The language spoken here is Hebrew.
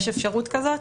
יש אפשרות כזאת.